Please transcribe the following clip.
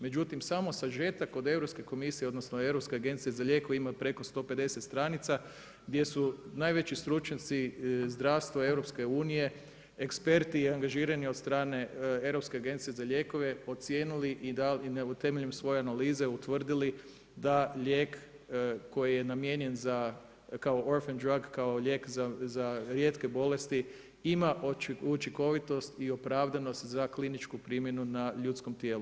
Međutim, samo sažetak od Europske komisije, odnosno Europske agencije za lijekove ima preko 150 stranica, gdje su najveći stručnjaci zdravstva EU eksperti angažirani od strane Europske agencije za lijekove ocijenili i dali, temeljem svoje analize utvrdili da lijek koji je namijenjen za, kao Orphan drug kao lijek za rijetke bolesti ima učinkovitost i opravdanost za kliničku primjenu na ljudskom tijelu.